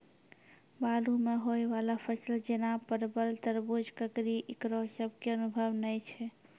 बालू मे होय वाला फसल जैना परबल, तरबूज, ककड़ी ईकरो सब के अनुभव नेय छै?